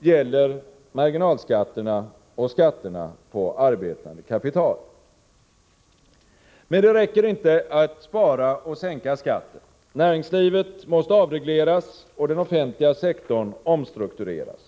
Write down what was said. gäller marginalskatterna och skatterna på arbetande kapital. Men det räcker inte att spara och sänka skatten. Näringslivet måste avregleras och den offentliga sektorn omstruktureras.